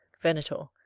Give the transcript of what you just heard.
venator.